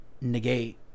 negate